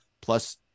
plus